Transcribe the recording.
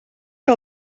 que